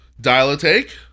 Dial-A-Take